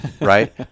right